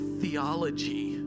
theology